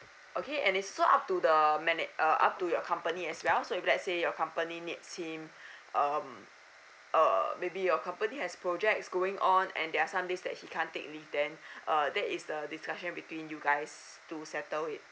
okay and it's still up to the mana~ uh up to your company as well so if let's say your company needs him um uh maybe your company has projects going on there are some days that he can't take leave then uh that is the discussion between you guys to settle it